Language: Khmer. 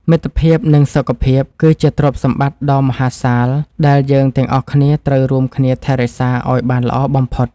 មិត្តភាព និងសុខភាព គឺជាទ្រព្យសម្បត្តិដ៏មហាសាលដែលយើងទាំងអស់គ្នាត្រូវរួមគ្នាថែរក្សាឱ្យបានល្អបំផុត។